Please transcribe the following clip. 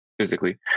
physically